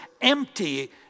empty